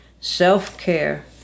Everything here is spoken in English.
self-care